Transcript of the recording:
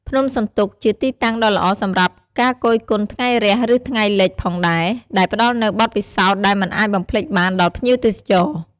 ភ្នំសន្ទុកជាទីតាំងដ៏ល្អសម្រាប់ការគយគន់ថ្ងៃរះឬថ្ងៃលិចផងដែរ ដែលផ្តល់នូវបទពិសោធន៍ដែលមិនអាចបំភ្លេចបានដល់ភ្ញៀវទេសចរ។